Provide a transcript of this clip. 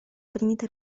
принятой